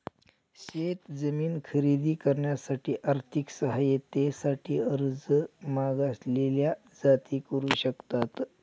शेत जमीन खरेदी करण्यासाठी आर्थिक सहाय्यते साठी अर्ज मागासलेल्या जाती करू शकतात